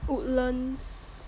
Woodlands